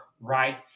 right